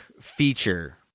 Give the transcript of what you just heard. feature